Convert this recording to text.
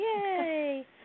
Yay